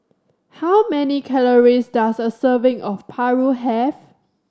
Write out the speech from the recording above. how many calories does a serving of Paru have